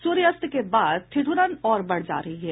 सूर्यास्त के बाद ठिठ्रन और बढ जा रही है